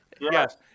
Yes